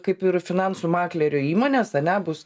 kaip ir finansų maklerio įmonės ane bus